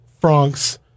Francs